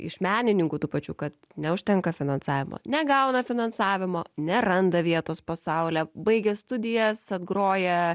iš menininkų tų pačių kad neužtenka finansavimo negauna finansavimo neranda vietos po saule baigia studijas atgroja